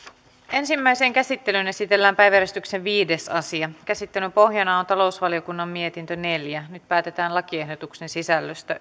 ensimmäiseen käsittelyyn esitellään päiväjärjestyksen viides asia käsittelyn pohjana on talousvaliokunnan mietintö neljä nyt päätetään lakiehdotusten sisällöstä